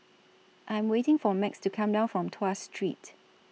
I'm waiting For Max to Come Back from Tuas Street